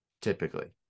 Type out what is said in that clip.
typically